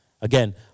Again